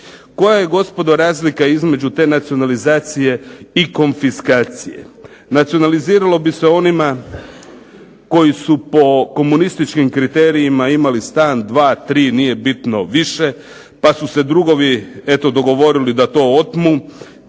Koja je gospodo razlika između te nacionalizacije i konfiskacije. Nacionaliziralo bi se onima koji su po komunističkim kriterijima imali stan, dva, tri, nije bitno, više, pa su se drugovi eto dogovorili da to otmu